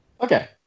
Okay